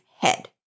head